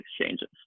exchanges